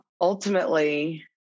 ultimately